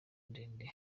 ndende